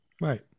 Right